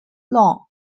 long